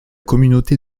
communauté